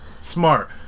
smart